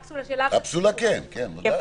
קפסולה כן, ודאי.